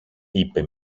είπε